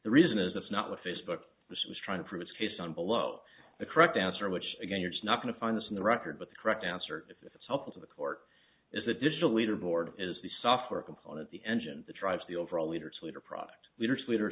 the reason is that's not what facebook this is trying to prove its case on below the correct answer which again you're not going to find this in the record but the correct answer if it's helpful to the court is additional leaderboard is the software component the engine that drives the overall leader to lead or product leaders leaders